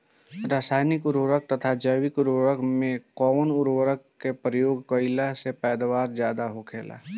रसायनिक उर्वरक तथा जैविक उर्वरक में कउन उर्वरक के उपयोग कइला से पैदावार ज्यादा होखेला?